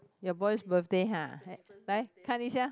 your boy's birthday ha 来看一下